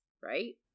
right